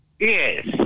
Yes